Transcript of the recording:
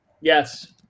Yes